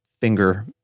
finger